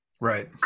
Right